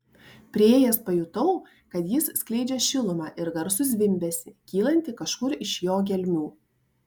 priėjęs pajutau kad jis skleidžia šilumą ir garsų zvimbesį kylantį kažkur iš jo gelmių